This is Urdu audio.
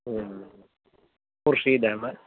خورشید احمد